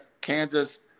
Kansas